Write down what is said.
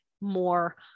more